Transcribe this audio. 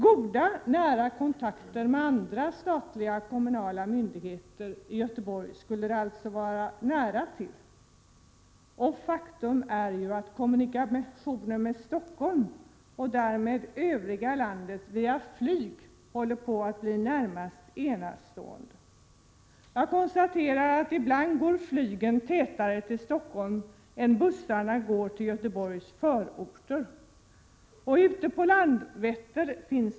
Goda nära kontakter med andra statliga och kommunala myndigheter i Göteborg är det alltså gott om — och faktum är att kommunikationerna med Stockholm och därmed övriga landet via flyg håller på att bli närmast enastående. Ibland går flygen tätare till Stockholm än bussarna går till Göteborgs förorter!